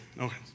okay